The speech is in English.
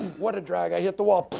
what a drag! i hit the wall,